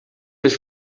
les